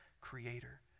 creator